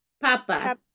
Papa